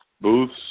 booths